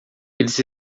eles